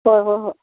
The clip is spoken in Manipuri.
ꯍꯣꯏ ꯍꯣꯏ ꯍꯣꯏ